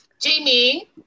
jamie